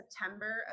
September